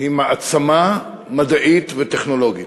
היא מעצמה מדעית וטכנולוגית.